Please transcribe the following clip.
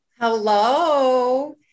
Hello